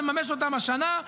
מממש אותם השנה.